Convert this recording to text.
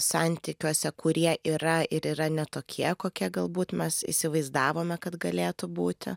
santykiuose kurie yra ir yra ne tokie kokie galbūt mes įsivaizdavome kad galėtų būti